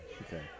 Okay